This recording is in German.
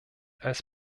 als